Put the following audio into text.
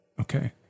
Okay